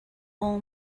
all